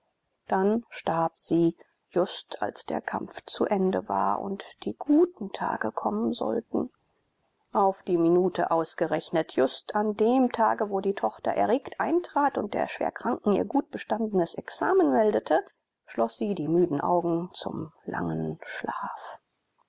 dann starb sie just als der kampf zu ende war und die guten tage kommen sollten auf die minute ausgerechnet just an dem tage wo die tochter erregt eintrat und der schwerkranken ihr gut bestandenes examen meldete schloß sie die müden augen zum langen schlaf